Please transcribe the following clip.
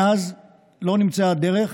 מאז לא נמצאה דרך